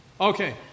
Okay